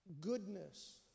goodness